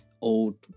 old